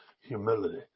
humility